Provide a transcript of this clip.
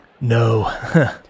No